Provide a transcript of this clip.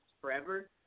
forever